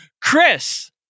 Chris